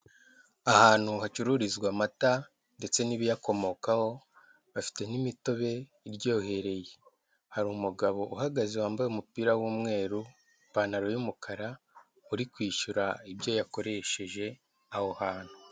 Ahantu hacururizwa amata ndetse n'ibiyakomokaho, bafite nk'imitobe iryohereye hari umugabo uhagaze wambaye umupira w'umweru ipantaro y'umukara uri kwishyura ibyo yakoresheje aho hantu.